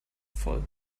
voll